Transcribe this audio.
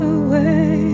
away